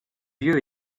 vieux